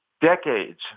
decades